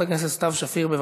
חברת הכנסת סתיו שפיר.